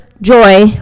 joy